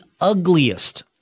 ugliest